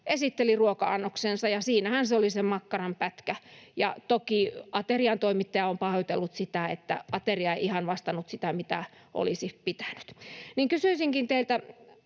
esitteli ruoka-annoksensa, ja siinähän oli se makkaranpätkä. Toki aterian toimittaja on pahoitellut sitä, että ateria ei ihan vastannut sitä, mitä olisi pitänyt. Kysyisinkin teiltä,